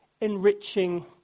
enriching